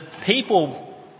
people